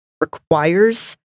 requires